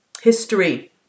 history